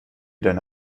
deine